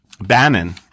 Bannon